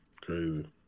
Crazy